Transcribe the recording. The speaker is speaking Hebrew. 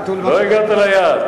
לא הגעת ליעד.